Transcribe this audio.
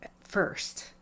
first